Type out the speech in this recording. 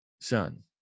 son